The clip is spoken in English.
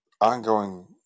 ongoing